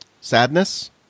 Sadness